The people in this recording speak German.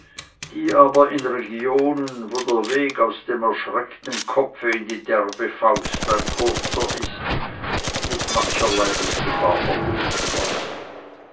die aber in regionen wo der weg aus dem erschreckten kopfe in die derbe faust ein kurzer ist mit mancher lebensgefahr verbunden war